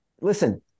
Listen